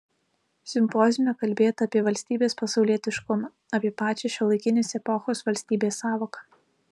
simpoziume kalbėta apie valstybės pasaulietiškumą apie pačią šiuolaikinės epochos valstybės sąvoką